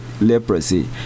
leprosy